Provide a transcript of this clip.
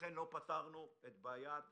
ולכן לא פתרנו את בעיית